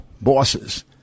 bosses